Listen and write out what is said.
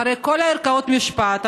אחרי כל הערכאות המשפטיות,